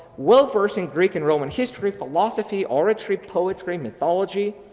well versed in greek and roman history, philosophy, oratory, poetry, methology,